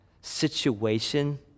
situation